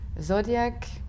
Zodiac